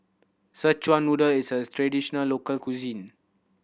Szechuan Noodle is a traditional local cuisine